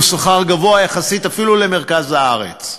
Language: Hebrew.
הוא שכר גבוה יחסית אפילו למרכז הארץ.